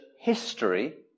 history